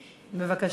בבקשה.